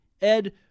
Ed